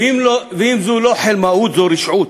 ואם זו לא חלמאות זו רשעות,